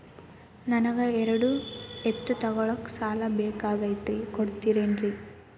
ನನಗ ಎರಡು ಎತ್ತು ತಗೋಳಾಕ್ ಸಾಲಾ ಬೇಕಾಗೈತ್ರಿ ಕೊಡ್ತಿರೇನ್ರಿ?